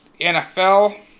NFL